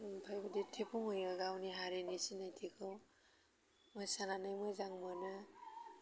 आमफ्राय बिदि दिन्थिफुंहैयो गावनि हारिनि सिनायथिखौ मोसानानै मोजां मोनो